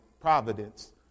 providence